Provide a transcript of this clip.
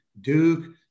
Duke